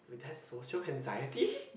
that's social anxiety